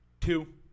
two